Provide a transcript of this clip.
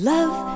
Love